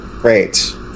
Great